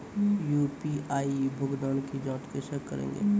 UPI भुगतान की जाँच कैसे करेंगे?